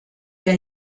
der